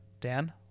Dan